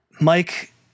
Mike